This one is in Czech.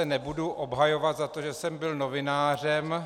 Nebudu se obhajovat za to, že jsem byl novinářem.